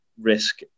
risk